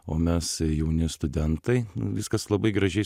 o mes jauni studentai viskas labai gražiai